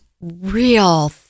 real